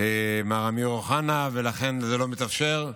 מר אמיר אוחנה, ולכן זה לא מתאפשר.